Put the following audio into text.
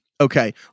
Okay